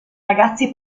ragazzi